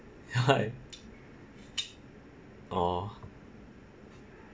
ya orh